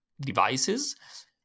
devices